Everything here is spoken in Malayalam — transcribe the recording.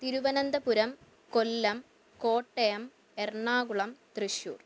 തിരുവനന്തപുരം കൊല്ലം കോട്ടയം എറണാകുളം തൃശൂർ